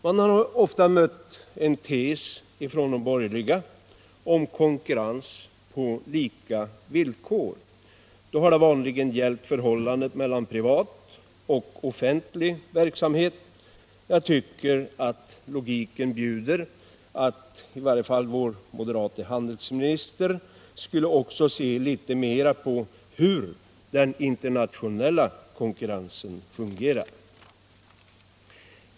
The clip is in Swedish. Man har ofta mött en tes från de borgerliga om konkurrens på lika villkor. Då har det vanligen gällt förhållandet mellan privat och offentlig verksamhet. Jag tycker att logiken bjuder att i varje fall vår moderate handelsminister också skulle se litet mera på hur den internationella konkurrensen fungerar.